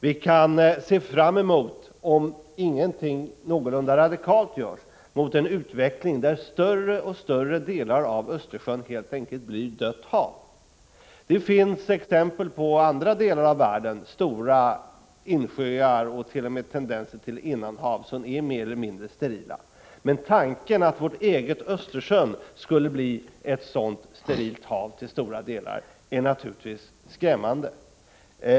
Vi kan se fram emot, om ingenting någorlunda radikalt görs, en utveckling där större och större delar av Östersjön helt enkelt blir dött hav. Det finns exempel i andra delar av världen där stora insjöar och t.o.m. innanhav mer eller mindre är sterila. Men tanken att vårt eget hav, Östersjön, till stora delar skulle bli ett sådant sterilt hav är skrämmande.